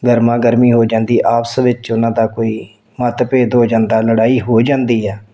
ਗਰਮਾ ਗਰਮੀ ਹੋ ਜਾਂਦੀ ਆਪਸ ਵਿੱਚ ਉਹਨਾਂ ਦਾ ਕੋਈ ਮਤਭੇਦ ਹੋ ਜਾਂਦਾ ਲੜਾਈ ਹੋ ਜਾਂਦੀ ਆ